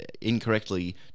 incorrectly